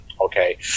okay